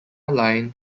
line